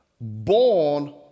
Born